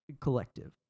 collective